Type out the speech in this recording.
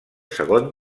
segon